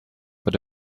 but